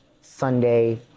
Sunday